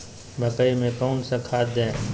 मकई में कौन सा खाद दे?